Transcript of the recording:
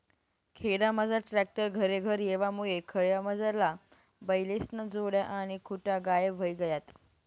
खेडामझार ट्रॅक्टर घरेघर येवामुये खयामझारला बैलेस्न्या जोड्या आणि खुटा गायब व्हयी गयात